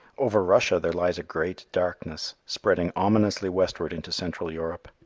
over russia there lies a great darkness, spreading ominously westward into central europe.